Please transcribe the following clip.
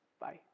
Bye